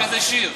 יש כזה שיר.